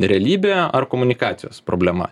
realybė ar komunikacijos problema